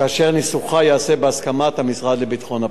כאשר ניסוחה ייעשה בהסכמת המשרד לביטחון הפנים.